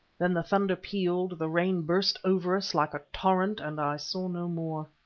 then the thunder pealed, the rain burst over us like a torrent, and i saw no more.